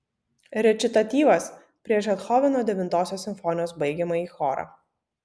rečitatyvas prieš bethoveno devintosios simfonijos baigiamąjį chorą